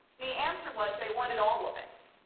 the answer was they wanted all of it.